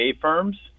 firms